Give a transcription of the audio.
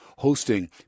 Hosting